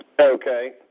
Okay